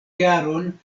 jaron